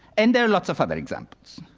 and there are lots of other examples.